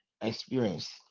experience